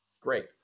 Great